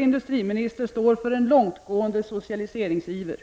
Industriministern står för en långtgående socialiseringsiver.